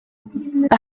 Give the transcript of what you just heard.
the